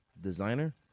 designer